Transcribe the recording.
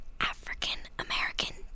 African-American